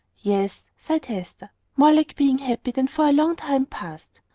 yes, sighed hester more like being happy than for a long time past.